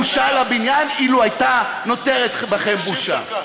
בושה לבניין, אילו הייתה נותרת בכם בושה.